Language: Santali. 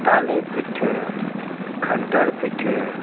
ᱛᱟᱞᱮ ᱯᱤᱴᱷᱟᱹ ᱠᱟᱱᱴᱷᱟᱲ ᱯᱤᱴᱷᱟᱹ